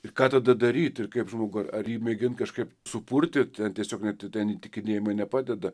ir ką tada daryti kaip žmogų ar jį mėginti kažkaip supurtyti ten tiesiog neatidaryti įtikinėjimui nepadeda